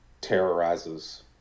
terrorizes